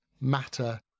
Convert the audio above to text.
matter